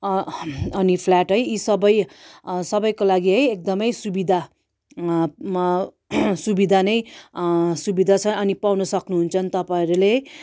अनि फ्ल्याट है यी सबै सबैको लागि है एकदमै सुविधा म सुविधा नै सुविधा छ अनि पाउन सक्नु हुन्छ तपाईँहरूले